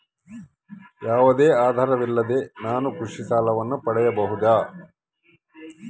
ಯಾವುದೇ ಆಧಾರವಿಲ್ಲದೆ ನಾನು ಕೃಷಿ ಸಾಲವನ್ನು ಪಡೆಯಬಹುದಾ?